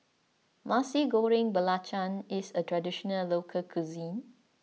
Nasi Goreng Belacan is a traditional local cuisine